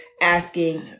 asking